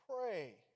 pray